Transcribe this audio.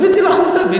הבאתי לך עובדה.